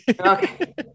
Okay